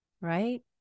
Right